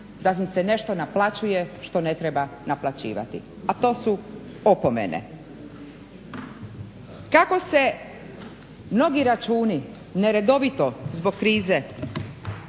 da nam se nešto naplaćuje što ne treba naplaćivati a to su opomene. Kako se mnogi računi neredovito zbog krize